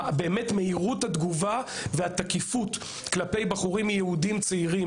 מהירות התגובה והתקיפות כלפי בחורים יהודים צעירים